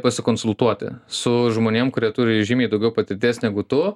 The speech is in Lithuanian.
pasikonsultuoti su žmonėm kurie turi žymiai daugiau patirties negu tu